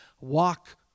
walk